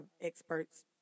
experts